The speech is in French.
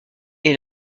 est